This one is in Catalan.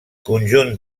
conjunt